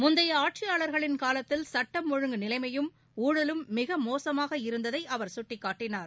முந்தைய ஆட்சியாளா்களின் காலத்தில் சட்டம் ஒழுங்கு நிலைமையும் ஊழலும் மிக மோசமாக இருந்ததை அவர் சுட்டிக்காட்டினார்